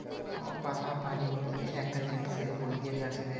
সব পাতা পালি মিলিয়ে একটা জিলিস বলিয়ে গাছে দেয়